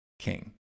king